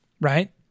Right